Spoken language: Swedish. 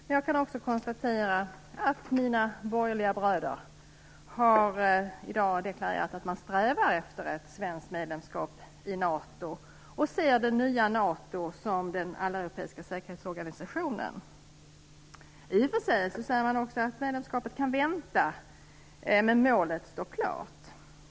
Men jag kan också konstatera att mina borgerliga bröder i dag har deklarerat att man strävar efter ett svenskt medlemskap i NATO och att man ser det nya NATO som den alleuropeiska säkerhetsorganisationen. I och för sig säger man också att medlemskap kan vänta. Men målet står klart.